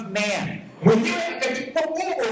man